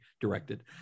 directed